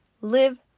live